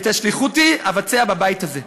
את שליחותי אבצע בבית הזה.